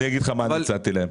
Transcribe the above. אני אגיד לך מה הצעתי להם.